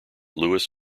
louis